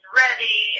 ready